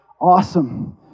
Awesome